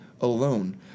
alone